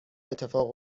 اتفاق